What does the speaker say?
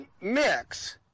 mix